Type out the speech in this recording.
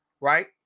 right